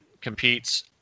competes